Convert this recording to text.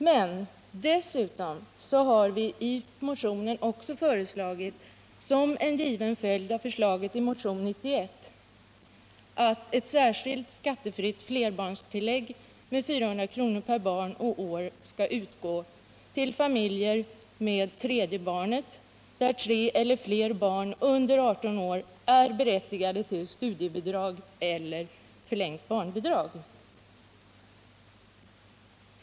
Men därutöver föreslår vi i motion 92 — som en given följd av förslaget i motion 91 — att ett särskilt skattefritt flerbarnstillägg med 400 kr. per barn och år skall utgå fr.o.m. det tredje barnet till familjer där tre eller flera barn under 18 år är berättigade till studiebidrag eller förlängt barnbidrag.